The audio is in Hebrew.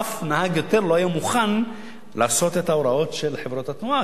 אף נהג לא היה מוכן יותר לעשות את ההוראות של חברת התנועה,